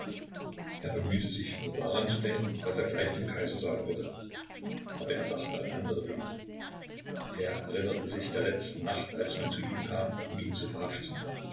er bemühte sich nur daran zu denken was er gleich dem kaiser sagen würde aber er dachte an andere dinge er erinnerte sich der letzten nacht als man zu ihm kam um ihn zu verhaften